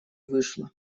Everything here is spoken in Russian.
вышло